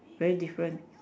very different